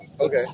Okay